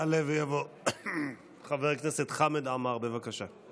יעלה ויבוא חבר הכנסת חמד עמאר, בבקשה.